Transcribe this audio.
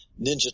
Ninja